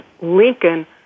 Lincoln